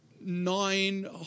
nine